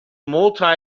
multi